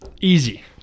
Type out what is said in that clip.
easy